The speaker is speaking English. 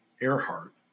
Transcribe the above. Earhart